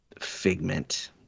Figment